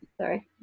sorry